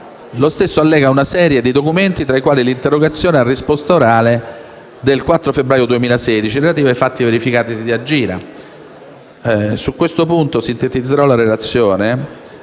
lo stesso allega una serie di documenti, tra i quali l'interrogazione a risposta orale del 4 febbraio 2016, relativa ai fatti verificatisi ad Agira. Su questo punto sintetizzerò la relazione,